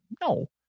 No